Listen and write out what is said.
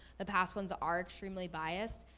the past ones are extremely biased,